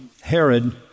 Herod